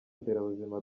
nderabuzima